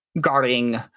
guarding